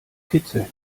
kitzeln